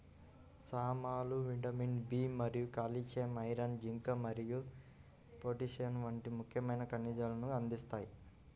సామలు vitamin B మరియు calcium, iron, zinc మరియు పొటాషియం వంటి ముఖ్యమైన ఖనిజాలను అందిస్తాయి